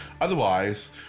Otherwise